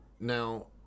Now